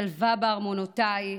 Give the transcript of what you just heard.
שלוה בארמנותיך.